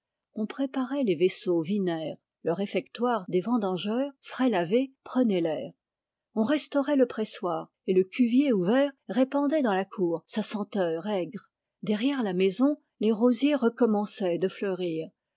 on préparait les vaisseaux vinaires le réfectoire des vendangeurs frais lavé prenait l'air on restaurait le pressoir et le cuvier ouvert répandait dans la cour sa senteur aigre derrière la maison les rosiers recommençaient de fleurir